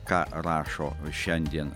ką rašo šiandien